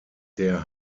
der